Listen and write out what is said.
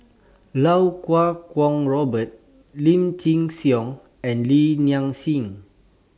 Iau Kuo Kwong Robert Lim Chin Siong and Li Nanxing